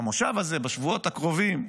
במושב הזה, בשבועות הקרובים.